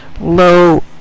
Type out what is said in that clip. low